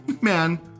Man